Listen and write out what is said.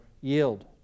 yield